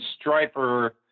striper